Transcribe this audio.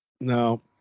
No